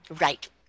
Right